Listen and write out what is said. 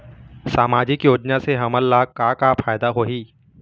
सामाजिक योजना से हमन ला का का फायदा होही?